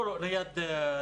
לא, נייד רגיל.